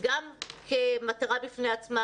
גם כמטרה בפני עצמה,